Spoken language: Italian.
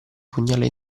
pugnale